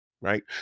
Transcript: right